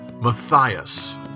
Matthias